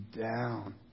down